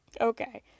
Okay